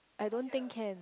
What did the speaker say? I don't think can